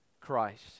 Christ